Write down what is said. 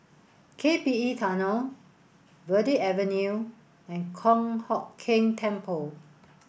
K P E Tunnel Verde Avenue and Kong Hock Keng Temple